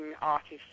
artists